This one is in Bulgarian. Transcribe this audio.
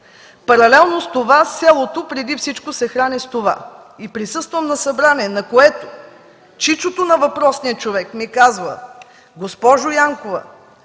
Паралелно с това селото, преди всичко, се храни с това и присъствам на събрание, на което чичото на въпросния човек ми казва: „Госпожо Янкова,